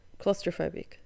claustrophobic